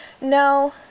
No